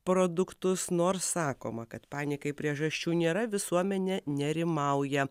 produktus nors sakoma kad panikai priežasčių nėra visuomenė nerimauja